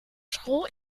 school